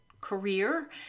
career